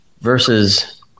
versus